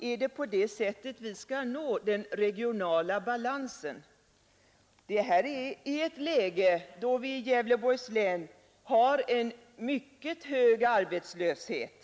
Är det på det sättet vi skall nå den regionala balansen? Vi har ju i Gävleborgs län en mycket hög arbetslöshet.